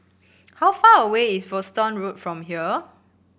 how far away is Folkestone Road from here